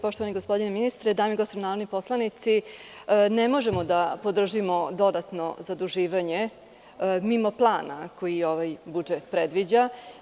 Poštovani gospodine ministre, dame i gospodo narodni poslanici, ne možemo da podržimo dodatno zaduživanje mimo plana koji ovaj budžet predviđa.